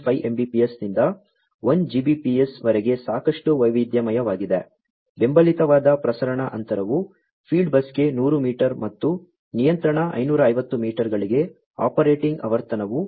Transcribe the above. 5 Mbps ನಿಂದ 1Gbps ವರೆಗೆ ಸಾಕಷ್ಟು ವೈವಿಧ್ಯಮಯವಾಗಿದೆ ಬೆಂಬಲಿತವಾದ ಪ್ರಸರಣ ಅಂತರವು ಫೀಲ್ಡ್ ಬಸ್ಗೆ 100 ಮೀಟರ್ ಮತ್ತು ನಿಯಂತ್ರಣ 550 ಮೀಟರ್ಗಳಿಗೆ ಆಪರೇಟಿಂಗ್ ಆವರ್ತನವು 13